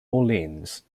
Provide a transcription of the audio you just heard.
orleans